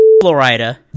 Florida